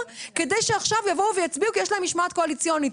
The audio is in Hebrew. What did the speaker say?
כדי שעכשיו יבואו ויצביעו כי יש להם משמעת קואליציונית,